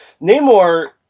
Namor